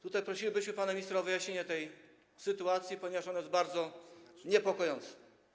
Tutaj prosilibyśmy pana ministra o wyjaśnienie tej sytuacji, ponieważ jest ona bardzo niepokojąca.